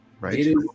Right